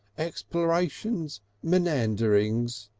explorations menanderings,